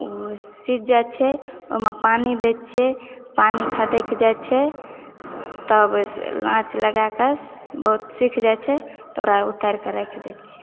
सीझ जाइत छै ओहिमे पानी दैत छियै पानी खधकि जाइ छै तब ओहिमे आँच लगैके बहुत सुखि जाइ छै तब ओकरा उतारि दैत छियै